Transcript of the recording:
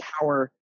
power